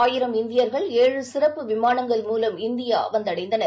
ஆயிரம் இந்தியர்கள் ஏழு சிறப்பு விமானங்கள் மூலம் இன்று இந்தியா வந்தடைந்தனர்